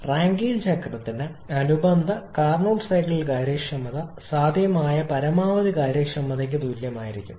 Rankine ചക്രത്തിന് അനുബന്ധ Carnot cycle കാര്യക്ഷമത സാധ്യമായ പരമാവധി കാര്യക്ഷമത തുല്യമായിരിക്കും